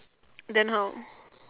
then how